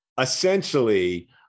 Essentially